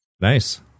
Nice